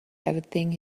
everything